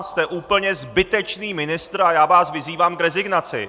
Jste úplně zbytečný ministr a já vás vyzývám k rezignaci!